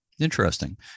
interesting